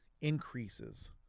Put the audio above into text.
increases